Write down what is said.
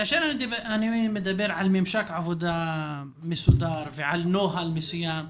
כאשר אני מדבר על ממשק עבודה מסודר ועל נוהל מסוים,